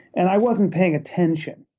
and i wasn't paying attention.